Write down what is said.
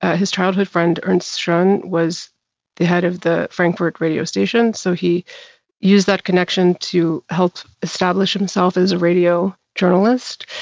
ah his childhood friend, ernst schoen, was the head of the frankfurt radio station. so, he used that connection to help establish himself as a radio journalist.